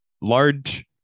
large